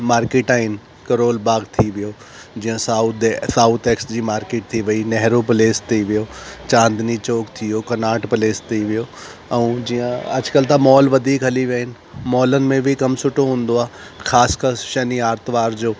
market आहिनि करोल बाग़ थी वियो जीअं साऊद साऊथ एक्स जी मारकेट थी वई नहेरु पिलेस थी वियो चांदनी चौक थी वियो कनाड पिलेस थी वियो ऐं जीअं अॼु कल्ह त मॉल वधीक थी विया आहिनि मॉलनि में बि कमु सुठो हूंदो आहे ख़ासि कर शनि आरतवार जो